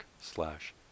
slash